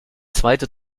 zweite